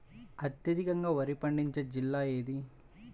అత్యధికంగా వరి పండించే జిల్లా ఏది?